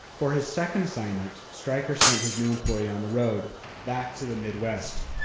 for his second assignment, stryker sent his new employee on the road back to the midwest.